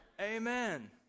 Amen